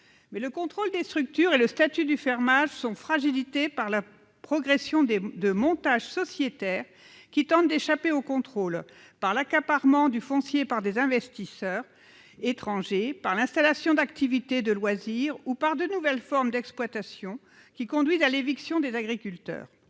Mais le contrôle des structures et le statut du fermage sont fragilisés par la progression de montages sociétaires destinés à échapper au contrôle, l'accaparement du foncier par des investisseurs étrangers, l'installation d'activités de loisir et de nouvelles formes d'exploitation conduisant à l'éviction des agriculteurs.